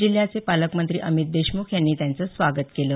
जिल्ह्याचे पालकमंत्री अमित देशमुख यांनी त्यांचं स्वागत केलं